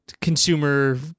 consumer